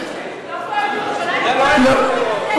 לא פועל בירושלים?